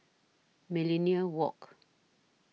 Millenia Walk